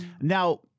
now